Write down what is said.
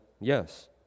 yes